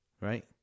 right